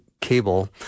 cable